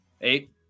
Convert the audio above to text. Eight